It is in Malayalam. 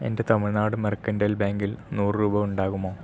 എൻ്റെ തമിഴ്നാട് മെർക്കൻറ്റൽ ബാങ്കിൽ നൂറു രൂപ ഉണ്ടാകുമോ